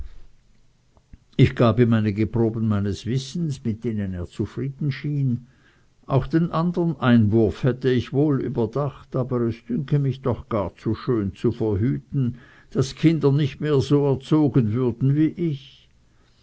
ich gab ihm einige proben meines wissens mit denen er zufrieden schien auch den andern einwurf hätte ich wohl überdacht aber es dünke mich doch gar schön zu verhüten daß kinder nicht mehr so erzogen würden wie ich